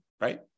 Right